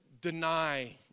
deny